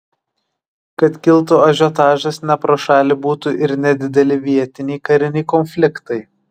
kad kiltų ažiotažas ne pro šalį būtų ir nedideli vietiniai kariniai konfliktai